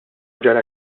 ġara